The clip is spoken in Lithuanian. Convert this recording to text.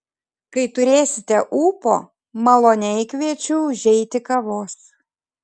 kai turėsite ūpo maloniai kviečiu užeiti kavos